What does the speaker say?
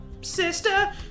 Sister